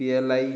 P L I